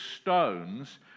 stones